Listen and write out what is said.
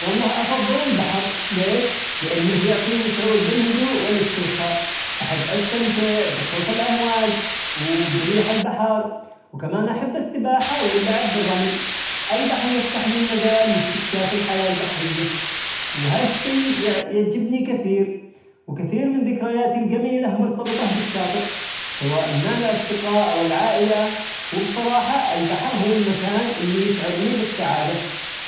والله أفظل البحر، ليش؟ لأنه يعطيني شعور بالهدوء والإسترخاء، أحب أستمتع بصوت الأمواج وبريح البحر، وكمان أحب السباحة واللعب بالرمل، البحر يفتحلي المجال لإستكشاف الحياة البحرية، وهالشي يعجبني كثير، وكثير من ذكرياتي الجميلة مرتبطة بالشاطئ سواء من الأصدقاء أو العائلة وبصراحة البحر هو المكان اللي يشعرني بالسعادة.